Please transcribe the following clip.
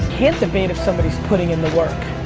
can't debate if somebody's putting in the work.